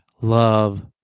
love